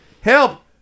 Help